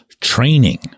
training